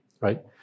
right